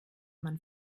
man